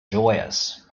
joyous